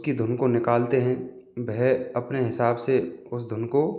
उसके धुन को निकलते हैं वह अपने हिसाब से उस धुन को